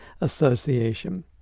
Association